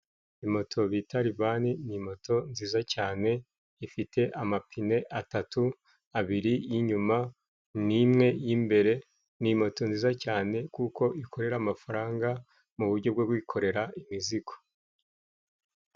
Moto bita lifani ni moto nziza cyane, ifite amapine atatu, abiri y'inyuma ,n'imwe y'imbere, ni moto nziza cyane kuko ikorera amafaranga mu buryo bwo kwikorera imizigo.